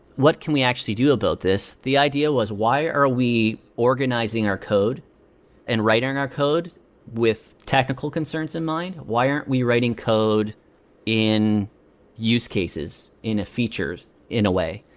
what can we actually do about this? the idea was why are we organizing our code and writing our code with technical concerns in mind? why aren't we writing code in use cases, in a feature so in a way?